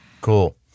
Cool